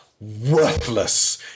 worthless